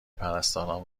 پرستاران